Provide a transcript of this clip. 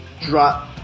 drop